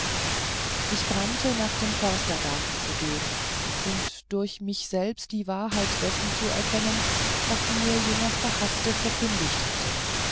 ich brannte nach dem förstergarten zu gehen und durch mich selbst die wahrheit dessen zu erkennen was mir jener verhafte verkündigt hatte